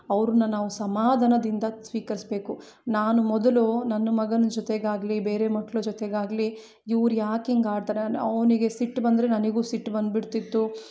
ಅವ್ರನ್ನ ನಾವು ಸಮಾಧಾನದಿಂದ ಸ್ವೀಕರಿಸ್ಬೇಕು ನಾನು ಮೊದಲು ನನ್ನ ಮಗನ ಜೊತೆಗಾಗಲಿ ಬೇರೆ ಮಕ್ಳ ಜೊತೆಗಾಗಲಿ ಇವ್ರು ಯಾಕೆ ಹಿಂಗ್ ಆಡ್ತಾರೆ ಅವನಿಗೆ ಸಿಟ್ಟು ಬಂದರೆ ನನಗೂ ಸಿಟ್ಟು ಬಂದು ಬಿಡ್ತಿತ್ತು